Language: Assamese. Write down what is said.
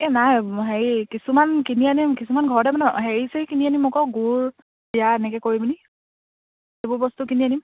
এই নাই হেৰি কিছুমান কিনি আনিম কিছুমান ঘৰতে মানে হেৰি চেৰি কিনি আনিম আকৌ গুড় চিৰা এনেকে কৰিমেলি সেইবোৰ বস্তু কিনি আনিম